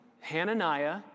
Hananiah